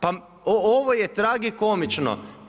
Pa ovo je tragikomično.